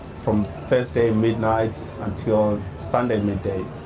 from thursday midnight until sunday midday.